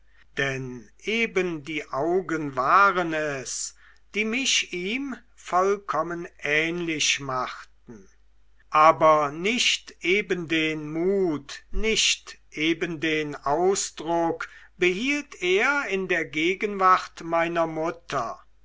denn eben die augen waren es die mich ihm vollkommen ähnlich machten aber nicht eben den mut nicht eben den ausdruck behielt er in der gegenwart meiner mutter